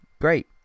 great